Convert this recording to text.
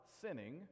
sinning